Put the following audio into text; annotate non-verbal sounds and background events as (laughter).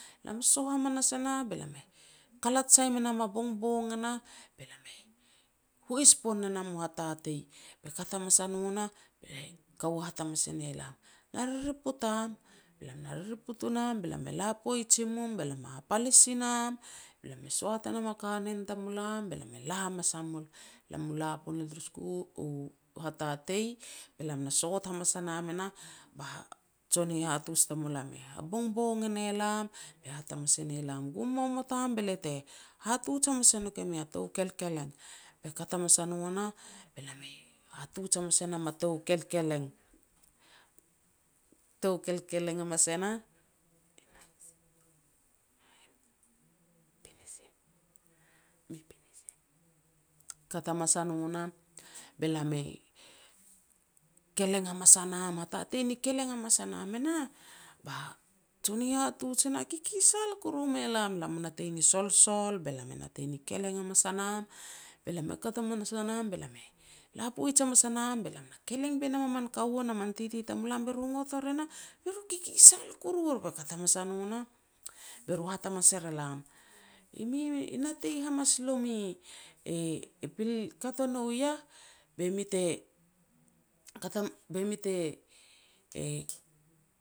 lam i soh hamas e nah be lam e kalat sai me nam a bongbong e nah, be lam e hois pon ne nam u hatatei. Be kat hamas a no nah, be kaua hat hamas e ne lam, "Na ririput am." Be lam na ririput u nam, be lam e la poij i mum, be lam e hapalis i nam, be lam e soat e nam a kanen tamulam, be lam e la hamas a mul, lam i la ponel turu (hesitation) u hatatei, be lam na sot hamas a nam e nah, ba jon hihatuj tamulam e ha bongbong e ne lam, be hat hamas e ne lam, "Gum momot am be lia te hatuj hamas e nouk e mi a tou kelkeleng." Be kat hamas a no nah, be lam e hatuj hamas e nam a tou kelkeleng. Tou kelkeleng hamas e nah, (hesitation) kat hamas a no nah, be lam e keleng hamas a nam hatatei ni keleng hamas a nam e nah, ba jon hihatuj e nah e kikisal kuru mei elam. Lam mu natei ni solsol be lam e natei ni keleng hamas a nam, be lam e kat hamas a nam be lam e la poaj hamas a nam, keleng boi nam a min kaua na min titi tamulam, be ru ngot or e nah be ru kikisal kurur. Be kat hamas a no nah, be ru hat hamas er elam, "E mi e natei hamas lomi, e pil kat ua nou i yah, be mi te (hesitation) e